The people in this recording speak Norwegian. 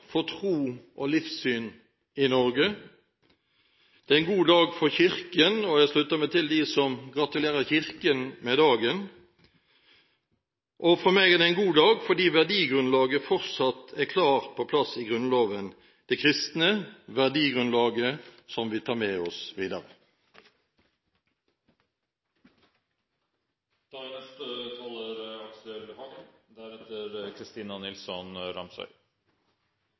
for tro og livssyn i Norge. Det er en god dag for Kirken, og jeg slutter meg til dem som gratulerer Kirken med dagen. For meg er det en god dag, fordi verdigrunnlaget fortsatt er klart på plass i Grunnloven – det kristne verdigrunnlaget som vi tar med oss i dag. Jeg er